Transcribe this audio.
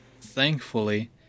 Thankfully